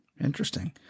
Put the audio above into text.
Interesting